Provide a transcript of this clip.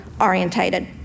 orientated